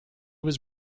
was